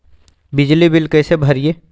बिजली बिल कैसे भरिए?